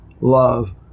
love